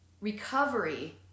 recovery